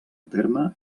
terme